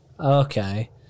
Okay